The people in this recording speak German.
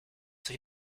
sich